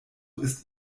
ist